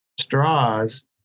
straws